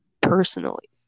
personally